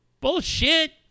Bullshit